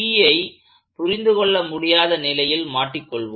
Pஐ புரிந்து கொள்ள முடியாத நிலையில் மாட்டிக்கொள்வோம்